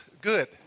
good